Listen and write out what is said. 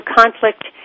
conflict